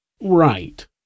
Right